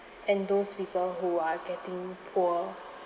and those people who are getting poor